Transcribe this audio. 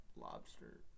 lobster